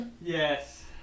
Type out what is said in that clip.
Yes